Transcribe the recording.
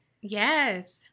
Yes